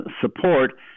support